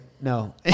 No